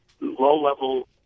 low-level